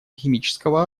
химического